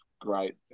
Great